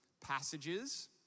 passages